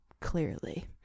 clearly